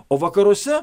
o vakaruose